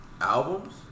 Albums